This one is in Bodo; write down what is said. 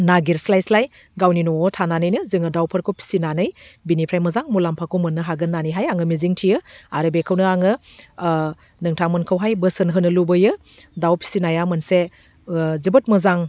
नागिरस्लाय स्लाय गावनि न'वाव थानानैनो जोङो दाउफोरखौ फिसिनानै बेनिफ्राय मोजां मुलाम्फाखौ मोननो हागोन होन्नानैहाय आङो मिजिंथियो आरो बेखौनो आङो नोंथांमोनखौहाय बोसोन होनो लुबैयो दाउ फिसिनाया मोनसे जोबोद मोजां